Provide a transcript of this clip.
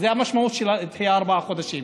זו המשמעות של דחייה ארבעה חודשים.